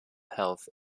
health